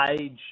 age